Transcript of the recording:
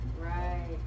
Right